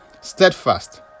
steadfast